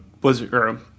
Blizzard